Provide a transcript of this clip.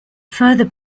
further